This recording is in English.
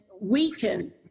weaken